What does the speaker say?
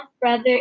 brother